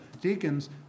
deacons